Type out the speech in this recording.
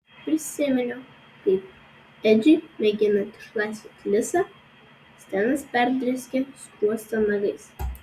prisiminiau kaip edžiui mėginant išlaisvinti lisą stenas perdrėskė skruostą nagais